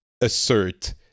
assert